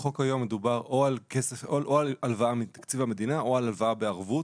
בחוק היום מדובר או על הלוואה מתקציב המדינה או על הלוואה בערבות.